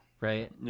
Right